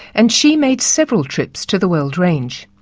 and she made several trips to the weld range.